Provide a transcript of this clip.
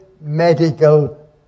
medical